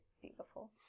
Beautiful